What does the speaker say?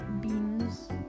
beans